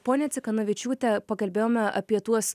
ponia cikanavičiūte pakalbėjome apie tuos